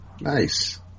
Nice